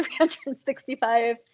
365